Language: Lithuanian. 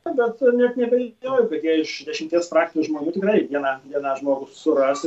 na bet net neabejoju kad jie iš dešimties frakcijos žmonių tikrai vieną vieną žmogų suras ir